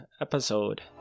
episode